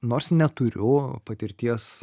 nors neturiu patirties